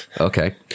Okay